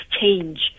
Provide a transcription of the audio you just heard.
change